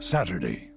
Saturday